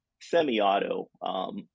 semi-auto